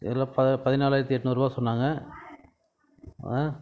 இதில் ப பதினாலாயிரத்தி எண்நூறுவா சொன்னாங்க ஆ